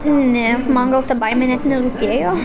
ne man gal ta baimė net nerūpėjo